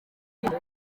hari